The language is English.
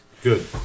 Good